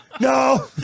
No